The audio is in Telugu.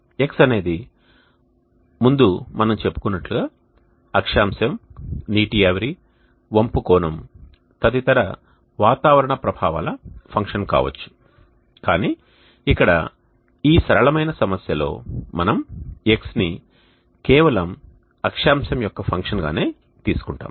x అనేది ముందు మనం చెప్పినట్లుగా అక్షాంశం నీటి ఆవిరి వంపు కోణం తదితర వాతావరణ ప్రభావాల ఫంక్షన్ కావచ్చు కానీ ఇక్కడ ఈ సరళమైన సమస్యలో మనం x ని కేవలం అక్షాంశం యొక్క ఫంక్షన్ గానే తీసుకుంటాము